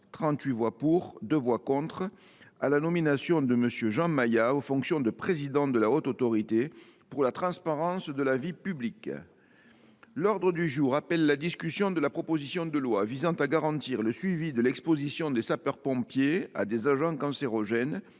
voix pour et deux voix contre, sur la nomination de M. Jean Maïa aux fonctions de président de la Haute Autorité pour la transparence de la vie publique. L’ordre du jour appelle la discussion de la proposition de loi visant à garantir le suivi de l’exposition des sapeurs pompiers à des agents cancérogènes,